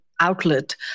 outlet